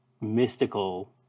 mystical